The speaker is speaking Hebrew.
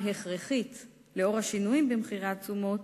הכרחית לנוכח השינויים במחירי התשומות,